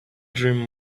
dream